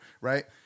right